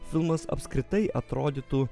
filmas apskritai atrodytų